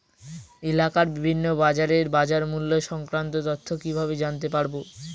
এলাকার বিভিন্ন বাজারের বাজারমূল্য সংক্রান্ত তথ্য কিভাবে জানতে পারব?